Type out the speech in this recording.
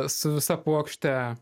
su visa puokšte